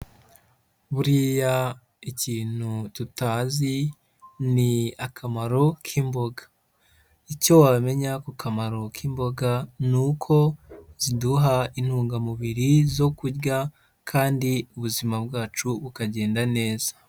Buriya ikintu tutazi ni akamaro k'imboga, icyo wamenya ku kamaro k'imboga ni uko ziduha intungamubiri zo kurya kandi ubuzima bwacu bukagenda neza.